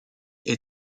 est